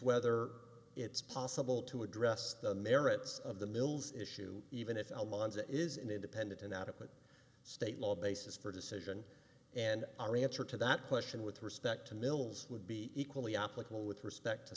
whether it's possible to address the merits of the mills issue even if it is an independent and adequate state law basis for decision and our answer to that question with respect to mil's would be equally applicable with respect to